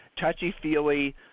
touchy-feely